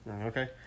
Okay